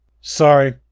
Sorry